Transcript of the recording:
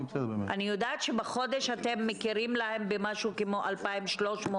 אני יודעת שאתם מכירים להם בהוצאות בסך כ-2,300 שקל